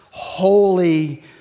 holy